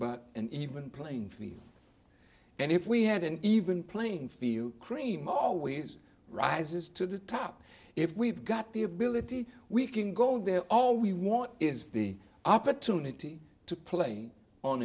but an even playing field and if we had an even playing field cream always rises to the top if we've got the ability we can go there all we want is the opportunity to play on